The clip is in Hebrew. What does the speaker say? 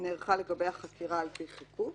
נערכה לגביה חקירה על פי חיקוק,